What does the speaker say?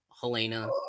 Helena